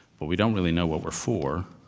but we don't really know what were for.